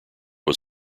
was